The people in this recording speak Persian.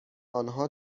آنها